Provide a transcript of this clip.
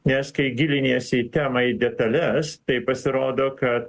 nes kai giliniesi į temą į detales tai pasirodo kad